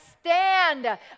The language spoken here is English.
stand